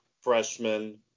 freshman